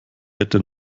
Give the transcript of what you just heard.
hätte